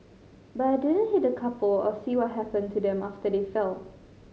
but I didn't hit the couple or see what happened to them after they fell